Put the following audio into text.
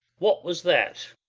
what was that?